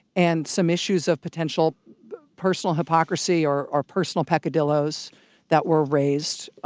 and some issues of potential personal hypocrisy or or personal peccadillos that were raised